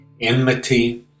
enmity